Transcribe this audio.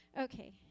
Okay